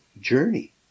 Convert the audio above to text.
journey